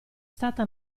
stata